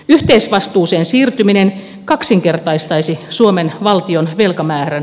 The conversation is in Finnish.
yhteisvastuuseen siirtyminen kaksinkertaistaisi suomen valtion velkamäärän